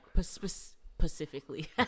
specifically